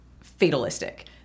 fatalistic